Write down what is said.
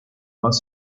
más